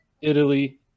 Italy